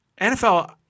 NFL